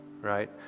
right